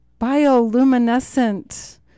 bioluminescent